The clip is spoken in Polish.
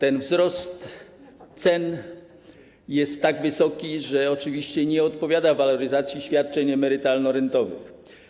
Ten wzrost cen jest tak wysoki, że oczywiście nie odpowiada waloryzacji świadczeń emerytalno-rentowych.